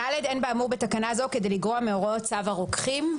(ד) אין באמור בתקנה זו כדי לגרוע מהוראות צו הרוקחים.